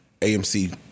AMC